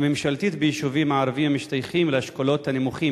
הממשלתית ביישובים הערביים המשתייכים לאשכולות הנמוכים,